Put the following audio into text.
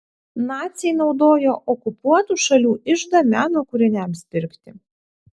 naciai naudojo okupuotų šalių iždą meno kūriniams pirkti